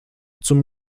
zum